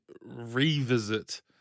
revisit